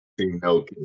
No